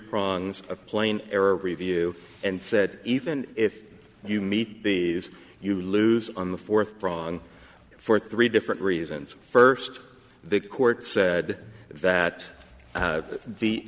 prongs of plain error review and said even if you meet these you lose on the fourth braun for three different reasons first the court said that the the